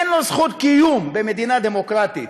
אין לו זכות קיום במדינה דמוקרטית.